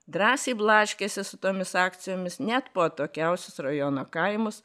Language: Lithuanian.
drąsiai blaškėsi su tomis akcijomis net po atokiausius rajono kaimus